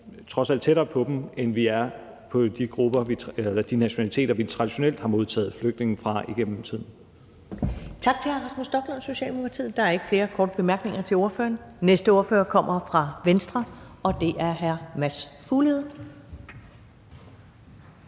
trods alt tættere på dem, end vi er på de nationaliteter, vi traditionelt har modtaget flygtninge fra igennem tiden. Kl. 14:41 Første næstformand (Karen Ellemann): Tak til hr. Rasmus Stoklund, Socialdemokratiet. Der er ikke flere korte bemærkninger til ordføreren. Den næste ordfører kommer fra Venstre, og det er hr. Mads Fuglede.